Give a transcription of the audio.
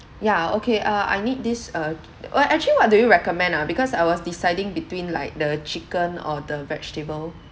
ya okay uh I need this uh what actually what do you recommend ah because I was deciding between like the chicken or the vegetable